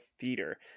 theater